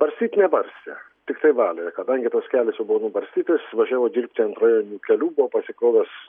barstyt nebarstė tiktai valė kadangi tas kelias jau buvo nubarstytas važiavo dirbt ten rajoninių kelių buvo pasikrovęs